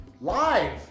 Live